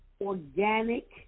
Organic